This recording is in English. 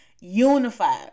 Unified